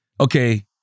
okay